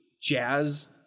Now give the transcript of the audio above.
jazz